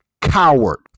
coward